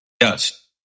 Yes